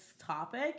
topic